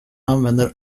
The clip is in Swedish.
använder